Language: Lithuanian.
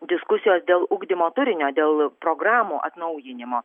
diskusijos dėl ugdymo turinio dėl programų atnaujinimo